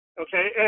okay